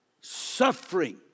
suffering